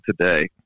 today